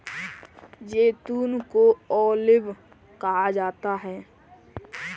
जैतून को ऑलिव कहा जाता है